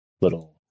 little